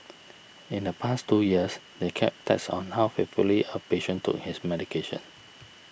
in the past two years they kept tabs on how faithfully a patient took his medication